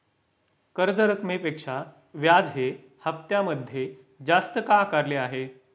कर्ज रकमेपेक्षा व्याज हे हप्त्यामध्ये जास्त का आकारले आहे?